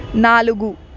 నాలుగు